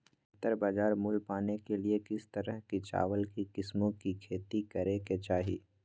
बेहतर बाजार मूल्य पाने के लिए किस तरह की चावल की किस्मों की खेती करे के चाहि?